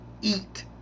eat